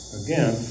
again